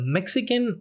Mexican